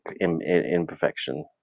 imperfection